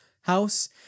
house